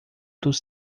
dos